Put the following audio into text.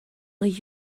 will